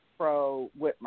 pro-Whitmer